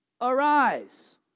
arise